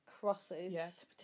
crosses